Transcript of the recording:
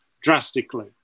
drastically